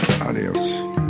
Adios